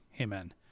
Amen